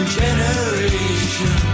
generation